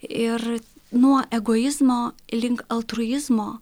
ir nuo egoizmo link altruizmo